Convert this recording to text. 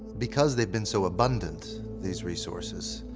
because they've been so abundant, these resources,